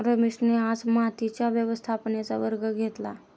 रमेशने आज मातीच्या व्यवस्थापनेचा वर्ग घेतला